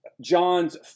John's